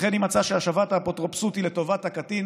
וכן אם מצא שהשבת האפוטרופסות היא לטובת הקטין,